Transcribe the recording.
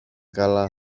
καλά